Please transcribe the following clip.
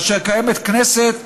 כאשר קיימת כנסת,